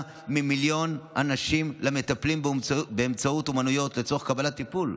ממיליון אנשים למטפלים באמצעות אומנויות לצורך קבלת טיפול,